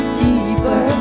deeper